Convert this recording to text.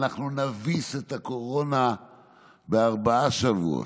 "אנחנו נביס את הקורונה בארבעה שבועות",